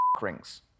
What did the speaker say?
rings